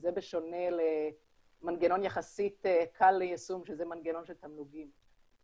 וזה בשונה למנגנון יחסית קל ליישום שזה מנגנון של תמלוגים.